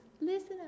listen